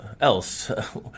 else